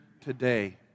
today